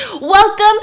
Welcome